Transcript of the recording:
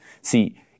See